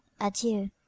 adieu